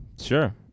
sure